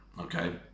okay